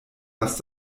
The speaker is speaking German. was